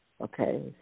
okay